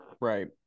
right